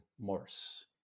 Morse